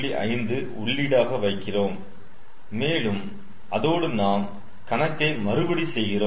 5 உள்ளீடாக வைக்கிறோம் மேலும் அதோடு நாம் கணக்கை மறுபடி செய்கிறோம்